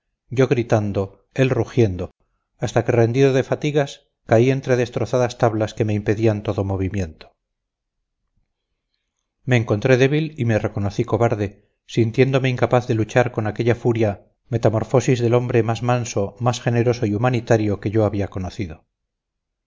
yo gritando él rugiendo hasta que rendido de fatigas caí entre destrozadas tablas que me impedían todo movimiento me encontré débil y me reconocí cobarde sintiéndome incapaz de luchar con aquella furia metamorfosis del hombre más manso más generoso y humanitario que yo había conocido